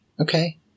Okay